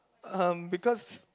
um because